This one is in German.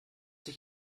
dich